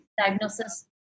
diagnosis